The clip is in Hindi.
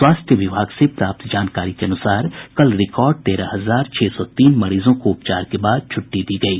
स्वास्थ्य विभाग से प्राप्त जानकारी के अनुसार कल रिकॉर्ड तेरह हजार छह सौ तीन मरीजों को उपचार के बाद छुट्टी दी गयी